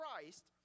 Christ